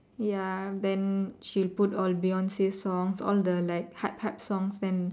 ya then she'll put all Beyonce songs all the like hard hard songs then